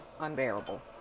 unbearable